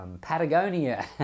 Patagonia